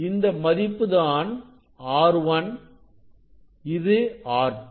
இந்த மதிப்புதான் R1 இது R2